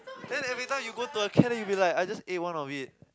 then every time you go to a camp then you will be like I just ate one of it